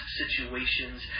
situations